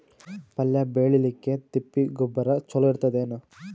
ಪಲ್ಯ ಬೇಳಿಲಿಕ್ಕೆ ತಿಪ್ಪಿ ಗೊಬ್ಬರ ಚಲೋ ಇರತದೇನು?